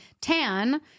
tan